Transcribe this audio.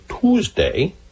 Tuesday